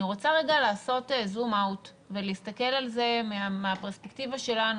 אני רוצה לעשות זום אאוט ולהסתכל על זה מהפרספקטיבה שלנו,